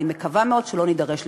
אני מקווה מאוד שלא נידרש לכך.